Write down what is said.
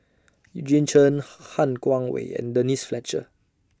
Eugene Chen Han Guangwei and Denise Fletcher